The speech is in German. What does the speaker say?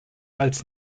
als